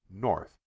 north